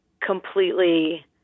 completely